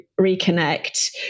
reconnect